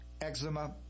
eczema